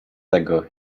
tego